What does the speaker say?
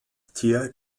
tier